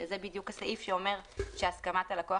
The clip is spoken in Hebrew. שזה בדיוק הסעיף שאומר שהסכמת הלקוח